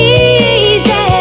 easy